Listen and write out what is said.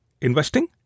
investing